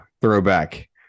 throwback